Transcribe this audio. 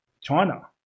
China